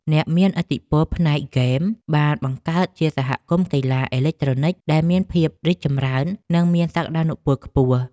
អ្នកមានឥទ្ធិពលផ្នែកហ្គេមបានបង្កើតជាសហគមន៍កីឡាអេឡិចត្រូនិកដែលមានភាពរីកចម្រើននិងមានសក្តានុពលខ្ពស់។